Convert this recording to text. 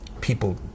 people